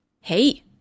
Hey